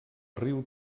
riu